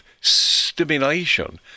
stimulation